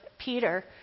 Peter